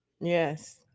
Yes